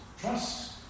Trust